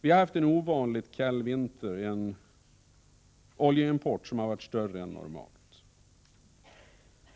Vi har haft en ovanligt kall vinter med en oljeimport som har varit större än normalt.